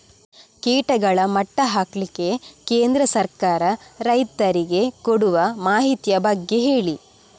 ಕೀಟಗಳ ಮಟ್ಟ ಹಾಕ್ಲಿಕ್ಕೆ ಕೇಂದ್ರ ಸರ್ಕಾರ ರೈತರಿಗೆ ಕೊಡುವ ಮಾಹಿತಿಯ ಬಗ್ಗೆ ಹೇಳಿ